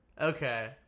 Okay